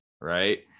Right